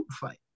fight